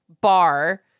bar